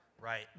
Right